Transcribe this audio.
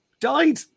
died